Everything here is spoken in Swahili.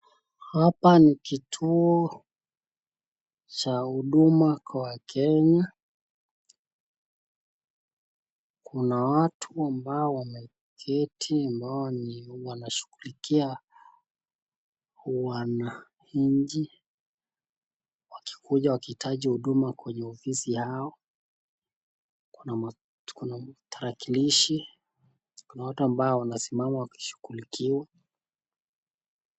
Hapa ni kituo cha huduma kwa Wakenya. Kuna watu ambao wameketi ambao wanashughulikia wananchi wakikuja wakihitaji huduma kwenye afisi yao. Kuna tarakilishi. Kuna watu ambao wamesimama wakishughulikiwa.